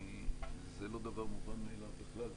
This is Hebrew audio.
זה לא דבר מובן מאליו בכלל.